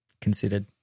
considered